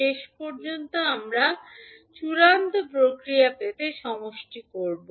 শেষ পর্যন্ত আমরা চূড়ান্ত প্রতিক্রিয়া পেতে সমষ্টি করব